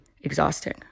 exhausting